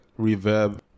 reverb